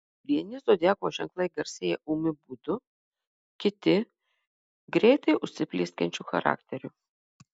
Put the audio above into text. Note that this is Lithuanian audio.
vieni zodiako ženklai garsėja ūmiu būdu kiti greitai užsiplieskiančiu charakteriu